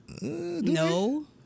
No